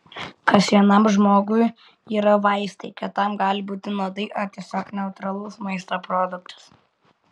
kas vienam žmogui yra vaistai kitam gali būti nuodai ar tiesiog neutralus maisto produktas